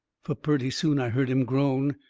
fur purty soon i hearn him groan.